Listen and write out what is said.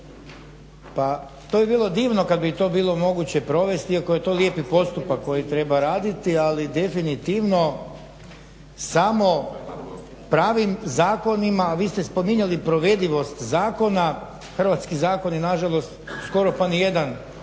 Pa to bi bilo divno kada bi to bilo moguće provesti iako je to lijepi postupak koji treba raditi ali definitivno samo pravim zakonima a vi ste spominjali provedivost zakona, hrvatski zakoni nažalost skoro pa nijedan